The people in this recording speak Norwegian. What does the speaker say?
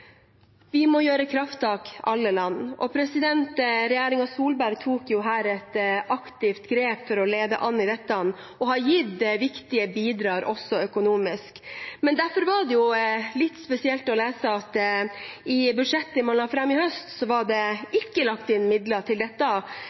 må gjøre et krafttak, og regjeringen Solberg tok et aktivt grep for å lede an i dette og har gitt viktige bidrag også økonomisk. Derfor var det litt spesielt at det ikke var lagt inn midler til dette i budsjettet man la fram i høst. Jeg er veldig glad for at denne regjeringen i tilleggsnummeret la inn